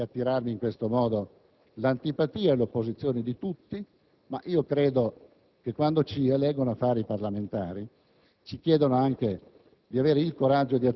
certo, come ho detto in apertura, di attirarmi in questo modo l'antipatia e l'opposizione di tutti, ma credo che quando i cittadini ci eleggono parlamentari